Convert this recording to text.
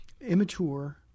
immature